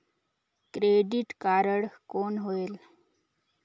Credit card कौन होएल?